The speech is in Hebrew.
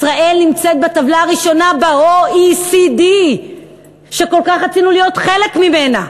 ישראל נמצאת הראשונה בטבלה ב- ,OECDשכל כך רצינו להיות חלק ממנה.